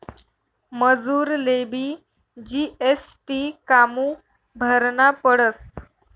मजुरलेबी जी.एस.टी कामु भरना पडस?